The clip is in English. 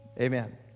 Amen